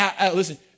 listen